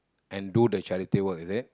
and do the charity work is it